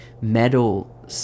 metal